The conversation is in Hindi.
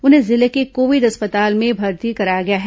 उन्हें जिले के कोविड अस्पताल में भर्ती कराया गया है